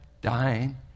dying